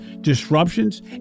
disruptions